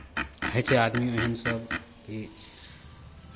होइ छै आदमी ओहनसभ कि